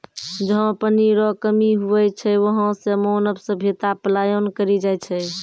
जहा पनी रो कमी हुवै छै वहां से मानव सभ्यता पलायन करी जाय छै